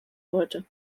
wollte